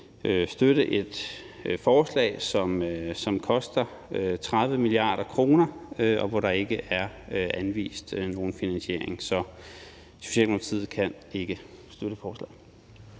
støtte et forslag, som koster 30 mia. kr., og hvor der ikke er anvist nogen finansiering. Så Socialdemokratiet kan ikke støtte forslaget.